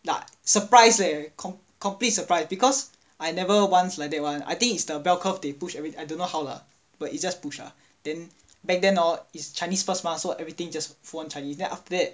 ya surprise leh com~ complete surprise because I never once like that [one] I think is the bell curve they push everything I don't know how lah but it's just push lah then back then hor is chinese first mah so everything just full on chinese then after that